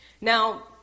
Now